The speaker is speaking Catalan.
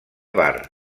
bar